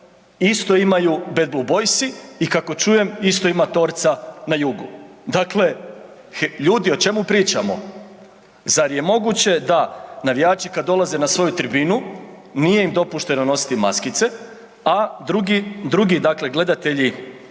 Isto imaju Bed blue boysi i kako čujem isto ima Torca na jugu. Dakle, ljudi o čemu pričamo? Zar je moguće da navijači kad dolaze na svoju tribinu, nije im dopušteno nositi maskice, a drugi dakle gledatelji